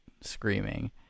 screaming